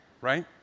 right